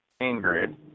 Ingrid